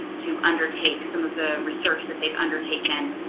to undertake some of the research that they've undertaken